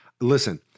listen